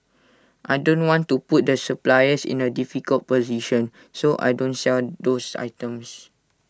I don't want to put the suppliers in A difficult position so I don't sell those items